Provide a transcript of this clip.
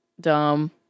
Dumb